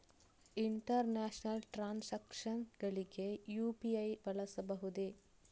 International transactions ಗಳಿಗೆ UPI ಬಳಸಬಹುದೇ?